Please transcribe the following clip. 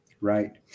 right